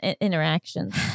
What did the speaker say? interactions